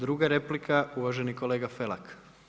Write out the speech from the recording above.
Druga replika uvaženi kolega Felak.